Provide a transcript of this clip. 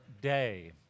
day